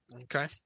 Okay